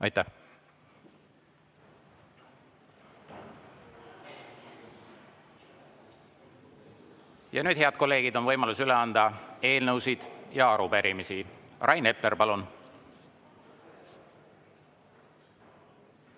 Aitäh! Ja nüüd, head kolleegid, on võimalus üle anda eelnõusid ja arupärimisi. Rain Epler, palun!